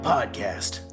Podcast